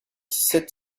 sept